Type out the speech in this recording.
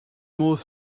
modd